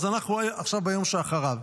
אז אנחנו עכשיו ביום שאחריו.